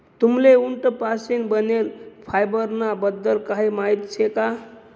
तुम्हले उंट पाशीन बनेल फायबर ना बद्दल काही माहिती शे का?